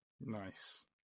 Nice